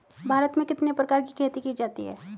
भारत में कितने प्रकार की खेती की जाती हैं?